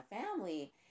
family